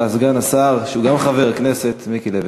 סגן השר, שהוא גם חבר הכנסת, מיקי לוי.